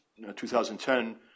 2010